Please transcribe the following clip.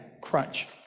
crunch